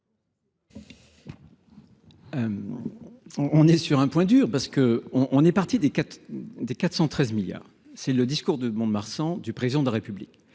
on est sur un point dur parce que on on est parti des quatre des 413 milliards, c'est le discours de Mont-de-Marsan du président de la République